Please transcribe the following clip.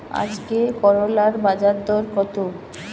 আজকে করলার বাজারদর কত?